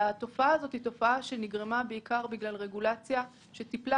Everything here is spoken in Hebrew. התופעה הזאת היא תופעה שנגרמה בגלל רגולציה שטיפלה